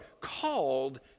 called